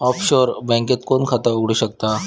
Offshore बँकेत कोण खाता उघडु शकता?